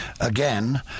Again